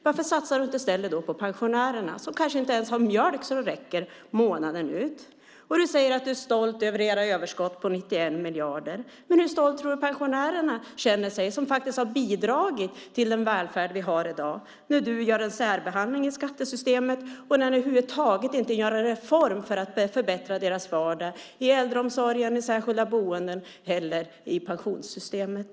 Varför satsar du inte i stället på pensionärerna som kanske inte ens har pengar som räcker till mjölk månaden ut? Och du säger att du är stolt över era överskott på 91 miljarder. Men hur stolta tror du att pensionärerna känner sig, som faktiskt har bidragit till den välfärd vi har i dag, när ni gör en särbehandling i skattesystemet och över huvud taget inte gör någon reform för att förbättra deras vardag i äldreomsorgen, i särskilda boenden och inte heller i pensionssystemet?